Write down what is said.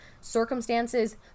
circumstances